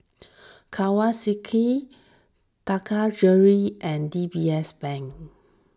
Kawasaki Taka Jewelry and D B S Bank